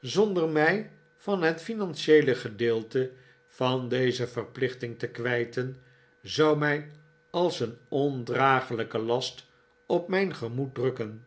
zonder mij van het financieele gedeelte van deze verplichting te kwijten zqu mij als een ondraaglijke last op mijn gemoed drukken